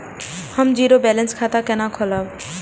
हम zero balance खाता केना खोलाब?